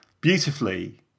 beautifully